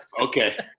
Okay